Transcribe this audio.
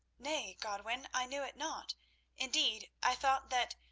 nay, godwin, i knew it not indeed, i thought that,